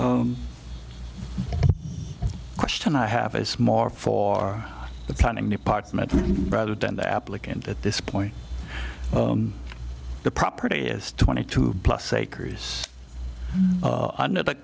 question i have is more for the planning department rather than the applicant at this point the property is twenty two plus acres under the